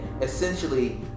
Essentially